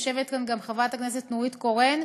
יושבת כאן גם חברת הכנסת נורית קורן,